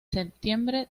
septiembre